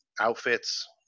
outfits